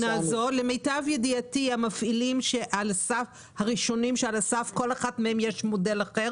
כי אז כל ה-400 רכבים יהיו מסוג עוסק זעיר,